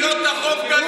שלא תחוב גלות.